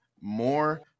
more